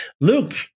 Luke